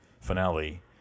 finale